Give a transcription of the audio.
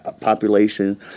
population